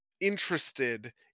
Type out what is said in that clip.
interested